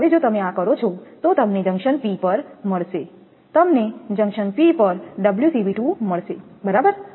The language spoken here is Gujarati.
હવેજો તમે આ કરો છો તો તમને જંકશન P પર મળશે તમને જંકશન P પર 𝜔𝐶𝑉2 મળશે બરાબર